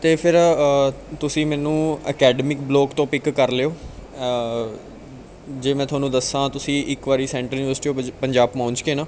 ਅਤੇ ਫਿਰ ਤੁਸੀਂ ਮੈਨੂੰ ਅਕੈਡਮਿਕ ਬਲੋਕ ਤੋਂ ਪਿੱਕ ਕਰ ਲਿਓ ਜੇ ਮੈਂ ਤੁਹਾਨੂੰ ਦੱਸਾਂ ਤੁਸੀਂ ਇੱਕ ਵਾਰੀ ਸੈਂਟਰਲ ਯੂਨੀਵਰਸਿਟੀ ਆਫ ਪਜ ਪੰਜਾਬ ਪਹੁੰਚ ਕੇ ਨਾ